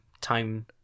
time